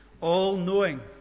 all-knowing